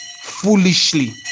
foolishly